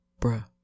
bruh